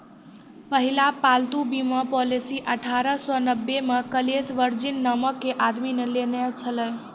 पहिला पालतू बीमा पॉलिसी अठारह सौ नब्बे मे कलेस वर्जिन नामो के आदमी ने लेने छलै